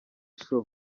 show